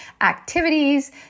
activities